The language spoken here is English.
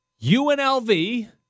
UNLV